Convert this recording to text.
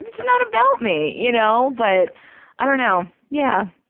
it's not about me. you know, but i don't know, yeah.